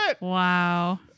wow